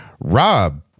Rob